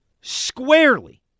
squarely